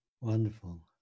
wonderful